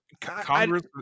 Congress